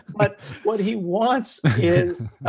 but what he wants is,